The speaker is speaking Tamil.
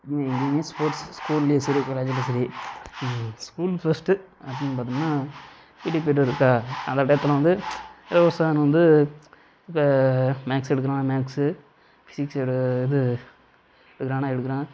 இங்கே எங்கேயுமே ஸ்போர்ட்ஸ் ஸ்கூலேயும் சேரி காலேஜிலேயும் சேரி இது ஸ்கூல் ஃபஸ்ட்டு அப்படின்னு பார்த்தோம்னா பீட்டி பீரியட் இருக்கா அந்த டயத்தில் வந்து வந்து இப்போ மேக்ஸ் எடுக்கிறோம்னா மேக்ஸ்ஸு ஃபிசிக்ஸ் எடு இது எடுக்கிறோம்னா எடுக்கலாம்